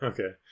Okay